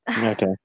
Okay